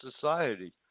society